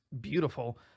beautiful